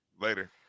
Later